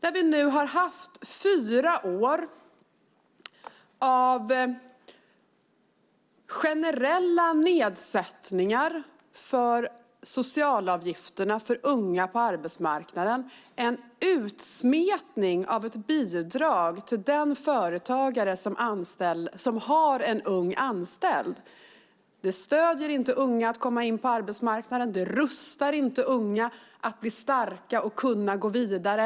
Vi har nu haft fyra år av generella nedsättningar när det gäller socialavgifterna för unga på arbetsmarknaden. En utsmetning av ett bidrag till den företagare som har en ung anställd stöder inte unga att komma in på arbetsmarknaden och rustar inte unga för att bli starka och kunna gå vidare.